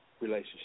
relationship